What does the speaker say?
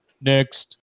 next